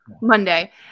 Monday